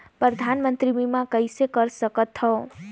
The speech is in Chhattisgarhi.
परधानमंतरी बीमा कइसे कर सकथव?